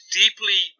deeply